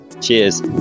Cheers